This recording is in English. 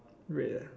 red a